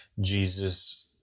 Jesus